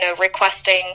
requesting